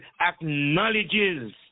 acknowledges